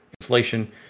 inflation